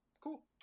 cool